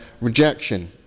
rejection